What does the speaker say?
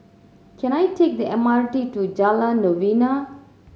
can I take the M R T to Jalan Novena